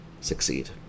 succeed